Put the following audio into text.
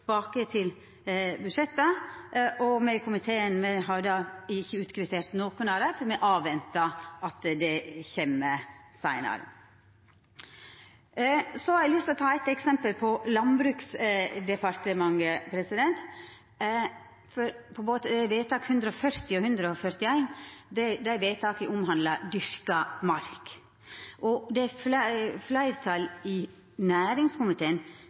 budsjettet, og me i komiteen har då ikkje utkvittert nokon av dei, fordi me ventar på at det kjem seinare. Så har eg lyst til å ta eitt eksempel, frå Landbruksdepartementet. Vedtaka nr. 140 og 141 omhandlar dyrka mark. Fleirtalet i næringskomiteen skriv til oss, og eg vil sitera: «Komiteens flertall, alle unntatt medlemmene fra H og